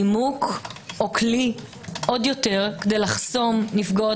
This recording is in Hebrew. נימוק או כלי עוד יותר כדי לחסום נפגעות